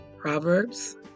Proverbs